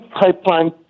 pipeline